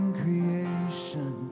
creation